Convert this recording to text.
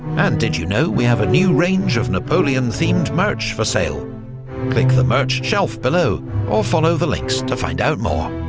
and did you know we have a new range of napoleon-themed merch for sale click the merch shelf below or follow the links to find out more.